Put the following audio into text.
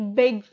big